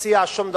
מציע שום דבר.